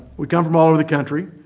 we come from all over the country.